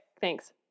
thanks